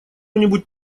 нибудь